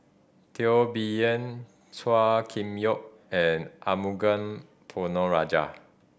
Teo Bee Yen Chua Kim Yeow and Amugam Ponnu Rajah